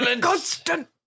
constant